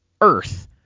Earth